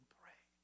pray